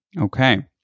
Okay